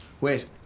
Wait